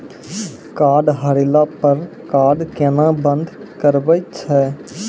Card हेरैला पर card केना बंद करबै छै?